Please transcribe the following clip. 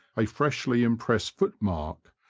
a freshly im pressed footmark,